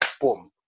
boom